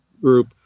group